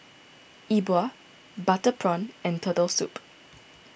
E Bua Butter Prawn and Turtle Soup